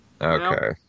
okay